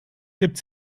gibt